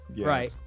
right